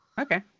okay